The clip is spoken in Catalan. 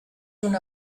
una